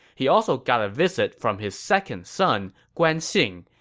he also got a visit from his second son, guan xing,